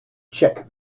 check